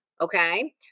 okay